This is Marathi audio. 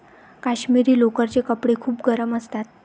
काश्मिरी लोकरचे कपडे खूप गरम असतात